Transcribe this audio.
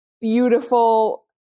beautiful